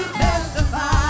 testify